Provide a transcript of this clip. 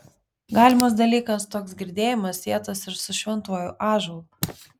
galimas dalykas toks girdėjimas sietas ir su šventuoju ąžuolu